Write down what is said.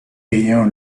ayant